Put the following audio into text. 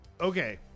Okay